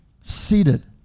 seated